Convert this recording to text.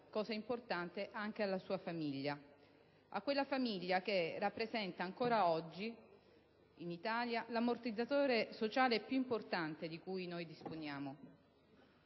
cosa importante, alla sua famiglia, a quella famiglia che rappresenta ancora oggi in Italia l'ammortizzatore sociale più importante di cui disponiamo.